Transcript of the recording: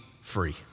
free